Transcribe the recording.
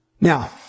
Now